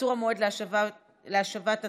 קיצור המועד להשבת התמורה),